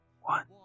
One